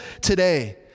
today